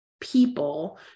people